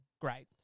Great